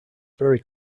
very